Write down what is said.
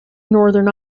northern